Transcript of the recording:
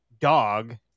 dog